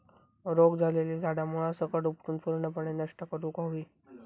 रोग झालेली झाडा मुळासकट उपटून पूर्णपणे नष्ट करुक हवी